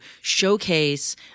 showcase